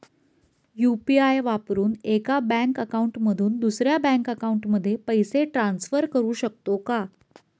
UPI वापरून एका bank account मधून दुसऱ्या बँक अकाउंटमध्ये पैसे ट्रान्सफर करू शकतो का?